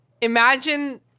Imagine